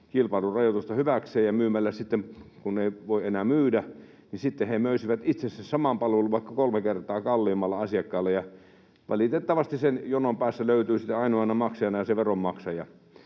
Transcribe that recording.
kilpailurajoitusta hyväkseen myymällä sitten, kun ei voi enää myydä, itse sen saman palvelun vaikka kolme kertaa kalliimmalla asiakkaalle, ja valitettavasti sen jonon päästä löytyy sitten ainoana maksajana se veronmaksaja.